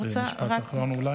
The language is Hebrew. משפט אחרון אולי?